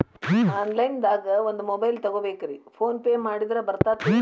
Online ದಾಗ ಒಂದ್ mobile ತಗೋಬೇಕ್ರಿ ಫೋನ್ ಪೇ ಮಾಡಿದ್ರ ಬರ್ತಾದೇನ್ರಿ?